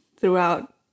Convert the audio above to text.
throughout